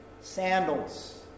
Sandals